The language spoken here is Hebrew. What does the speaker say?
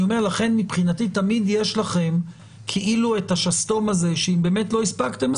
לכן מבחינתי תמיד יש לכם את השסתום שאם באמת לא הספקתם,